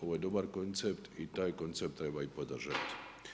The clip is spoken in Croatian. Ovo je dobar koncept i taj koncept treba i podržati.